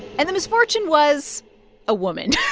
and the misfortune was a woman yeah